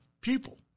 people